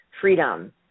freedom